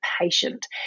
patient